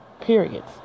periods